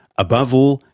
above all,